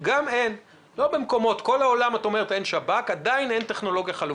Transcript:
בכל העולם אין שב"כ, ועדיין אין טכנולוגיה חלופית.